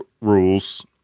rules